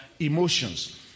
emotions